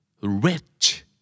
Rich